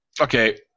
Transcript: Okay